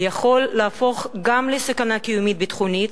יכול להפוך גם לסכנה קיומית ביטחונית,